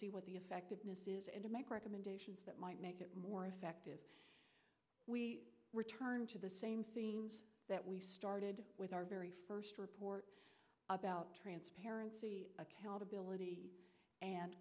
see what the effectiveness is and to make recommendations that might make it more effective we return to the same thing that we started with our very first report about transparency accountability and